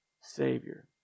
Savior